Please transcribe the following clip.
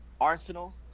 arsenal